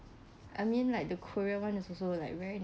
I mean like the korean [one] is also like very